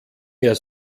mehr